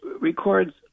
records